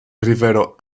rivero